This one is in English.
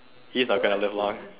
he's not gonna live long